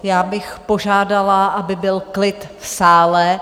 Já bych požádala, aby byl klid v sále.